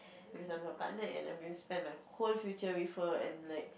because I'm partner and I'm going to spend my whole future with her and like